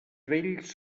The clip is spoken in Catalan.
vells